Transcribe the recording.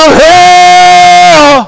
hell